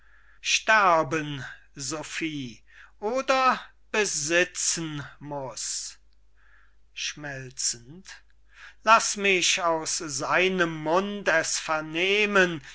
sophie oder besitzen muß schmelzend laß mich aus seinem mund es vernehmen